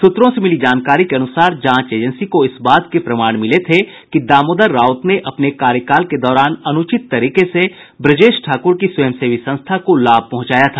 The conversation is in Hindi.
सूत्रों से मिली जानकारी के अनुसार जांच एजेंसी को इस बात के प्रमाण मिले थे कि दामोदर राउत ने अपने कार्यकाल के दौरान अनुचित तरीके से ब्रजेश ठाकुर की रवयं सेवी संस्था को लाभ पहुंचाया था